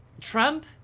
Trump